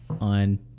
on